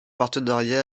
partenariat